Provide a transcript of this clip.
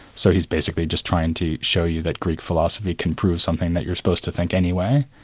so he's basically just trying to show you that greek philosophy can prove something that you're supposed to think anyway,